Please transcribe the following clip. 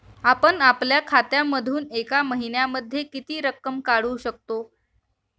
आपण आपल्या खात्यामधून एका महिन्यामधे किती रक्कम काढू शकतो?